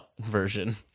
version